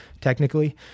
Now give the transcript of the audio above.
technically